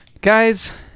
Guys